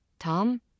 Tom